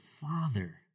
father